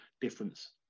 difference